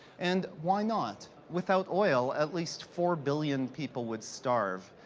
and why not? without oil, at least four billion people would starve,